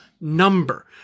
number